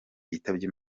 yitabye